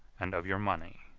and of your money.